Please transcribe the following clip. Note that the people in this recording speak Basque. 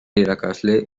irakasle